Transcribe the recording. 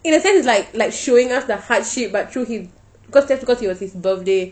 in a sense it's like like showing us the hardship but through him cause that's because it was his birthday